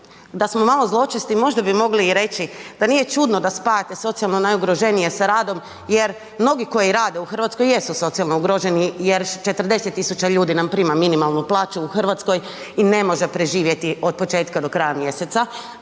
da smo malo zločesti, možda bi mogli i reći da nije čudno da spajate socijalno najugroženije sa radom jer mnogi koji rade u Hrvatskoj jesu socijalno ugroženi jer 40 000 ljudi nam prima minimalnu plaću u Hrvatskoj i ne može preživjeti od početka do kraj mjeseca,